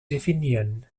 definieren